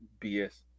BS